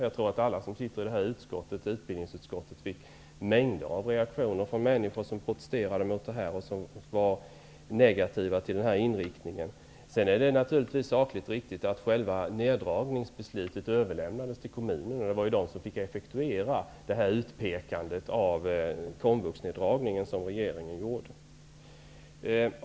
Jag tror att alla som sitter i utbildningsutskottet fick mängder av reaktioner från människor som protesterade och som var negativa till den här inriktningen. Sedan är det naturligtvis sakligt riktigt att själva neddragningsbeslutet överlämnades till kommunerna. Det var de som fick effektuera utpekandet som regeringen gjorde om att man skulle dra ned på Komvux.